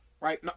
right